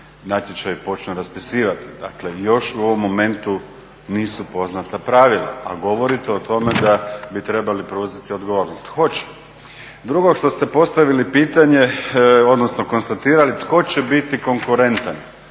natječaj počne raspisivati. Dakle još u ovom momentu nisu poznata pravila, a govorite o tome da bi trebali preuzeti odgovornost. Hoće. Drugo što ste postavili pitanje, odnosno konstatirali tko će biti konkurentan